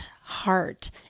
heart